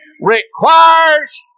requires